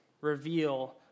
reveal